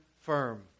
firm